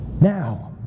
now